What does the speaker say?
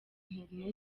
interineti